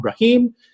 Abraham